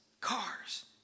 cars